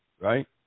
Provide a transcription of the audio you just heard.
right